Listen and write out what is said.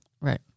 Right